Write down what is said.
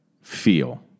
feel